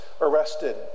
arrested